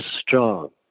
strong